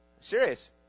Serious